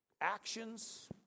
actions